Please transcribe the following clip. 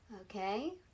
Okay